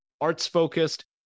arts-focused